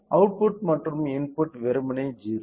output மற்றும் input வெறுமனே 0